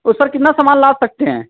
तो सर कितना सामान लाद सकते हैं